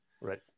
Right